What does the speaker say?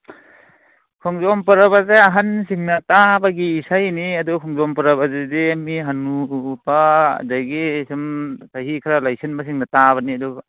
ꯈꯣꯡꯖꯣꯝ ꯄ꯭ꯔꯕꯁꯦ ꯑꯍꯜꯁꯤꯡꯅ ꯇꯥꯕꯒꯤ ꯏꯁꯩꯅꯤ ꯑꯗꯨ ꯈꯣꯡꯖꯣꯝ ꯄ꯭ꯔꯕꯥꯁꯤꯗꯤ ꯃꯤ ꯍꯅꯨꯕꯒꯤ ꯁꯨꯝ ꯆꯍꯤ ꯈꯔ ꯂꯩꯁꯤꯟꯕꯁꯤꯡꯅ ꯇꯥꯕꯅꯤ